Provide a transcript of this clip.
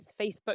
Facebook